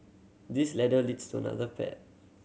this ladder leads to another path